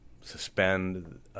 suspend